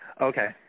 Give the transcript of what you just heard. Okay